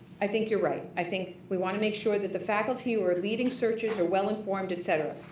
i think you're right. i think we want to make sure that the faculty who are leading searches are well informed, et cetera.